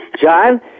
John